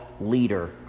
leader